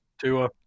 Two